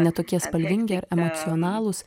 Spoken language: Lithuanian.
ne tokie spalvingi emocionalūs